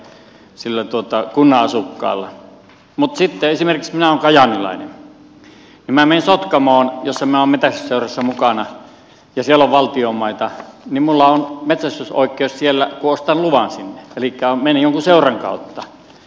mutta sitten esimerkiksi minä olen kajaanilainen ja jos minä menen sotkamoon jossa minä olen metsästysseurassa mukana ja siellä on valtion maita niin minulla on metsästysoikeus siellä kun ostan luvan sinne eli menen jonkun seuran kautta